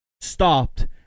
stopped